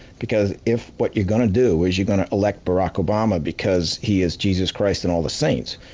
because if what you're gonna do is you're gonna elect barack obama because he is jesus christ and all the saints,